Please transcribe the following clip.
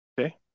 okay